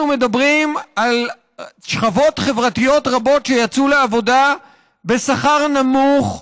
אנחנו מדברים על שכבות חברתיות רבות שיצאו לעבודה בשכר נמוך,